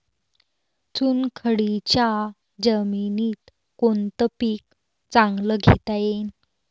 चुनखडीच्या जमीनीत कोनतं पीक चांगलं घेता येईन?